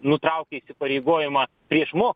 nutraukia įsipareigojimą prieš mo